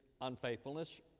unfaithfulness